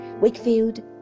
Wakefield